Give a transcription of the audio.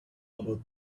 about